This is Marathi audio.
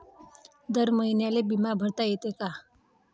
दर महिन्याले बिमा भरता येते का?